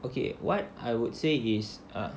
okay what I would say is err